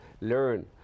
learn